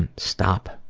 and stop,